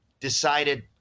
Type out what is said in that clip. decided